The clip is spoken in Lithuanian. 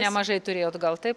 nemažai turėjot gal taip